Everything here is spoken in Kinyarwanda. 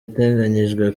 iteganyijwe